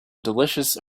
delicious